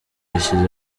yashyize